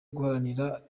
guharanira